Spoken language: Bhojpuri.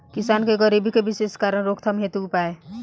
किसान के गरीबी के विशेष कारण रोकथाम हेतु उपाय?